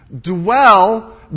dwell